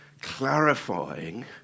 clarifying